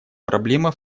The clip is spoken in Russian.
проблема